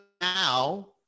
now